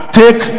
take